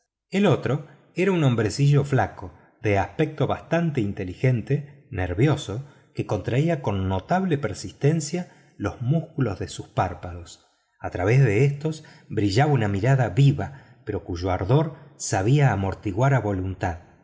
el otro era un hombrecillo flaco de aspecto bastante inteligente nervioso que contraía con notable persistencia los músculos de sus párpados a través de éstos brillaba una mirada viva pero cuyo ardor sabía amortiguar a voluntad